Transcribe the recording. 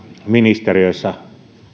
ministeriöissä